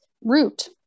root